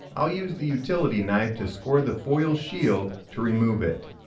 i'll use the utility knife to score the foil shield to remove it.